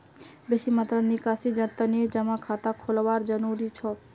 बेसी मात्रात निकासीर तने जमा खाता खोलवाना जरूरी हो छेक